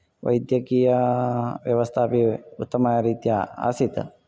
वैद्यकीयव्यवस्था अपि उत्तमरीत्या आसीत्